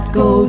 go